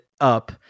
up